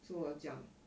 so 我讲